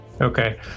Okay